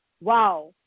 wow